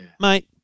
mate